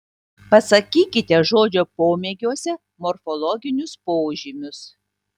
pasakykite žodžio pomėgiuose morfologinius požymius